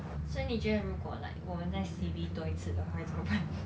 所以你觉得如果 like 我们再 C_B 多一次的话会真么办